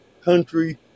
country